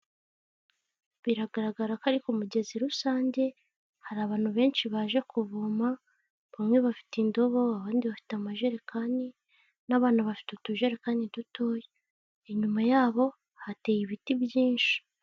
Biragaragara ko ari ku mugezi rusange, hari abantu benshi baje kuvoma, bamwe bafite indobo abandi bafite amajerekani n'abana bafite utujerekani dutoya, inyuma yabo hateye ibiti byinshi.